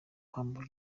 humble